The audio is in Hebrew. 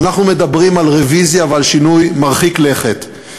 אנחנו מדברים על רוויזיה ועל שינוי מרחיק לכת.